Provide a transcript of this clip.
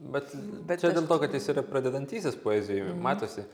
bet bet čia dėl to kad jis yra pradedantysis poezijoj matosi